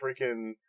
freaking